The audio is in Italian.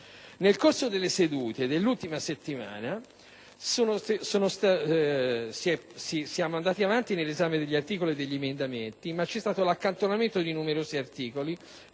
Nel corso delle sedute dell'ultima settimana, siamo andati avanti nell'esame degli articoli e degli emendamenti, ma vi è stato l'accantonamento di numerosi articoli,